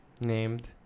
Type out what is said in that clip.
named